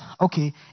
Okay